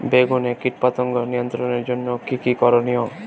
বেগুনে কীটপতঙ্গ নিয়ন্ত্রণের জন্য কি কী করনীয়?